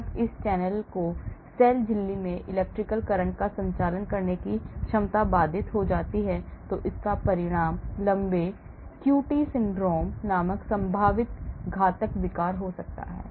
जब इस चैनल की सेल झिल्ली में electrical current का संचालन करने की क्षमता बाधित हो जाती है तो इसका परिणाम लंबे QT syndrome नामक संभावित घातक विकार हो सकता है